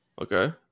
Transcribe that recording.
Okay